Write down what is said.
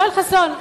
יואל חסון,